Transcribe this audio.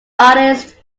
artists